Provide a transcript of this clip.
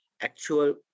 actual